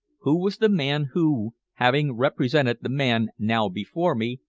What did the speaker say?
who was the man who, having represented the man now before me,